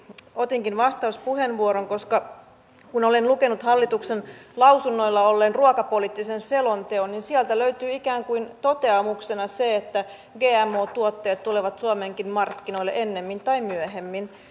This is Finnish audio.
otinkin vastauspuheenvuoron koska kun olen lukenut hallituksen lausunnoilla olleen ruokapoliittisen selonteon niin sieltä löytyy ikään kuin toteamuksena se että gmo tuotteet tulevat suomenkin markkinoille ennemmin tai myöhemmin